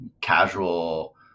casual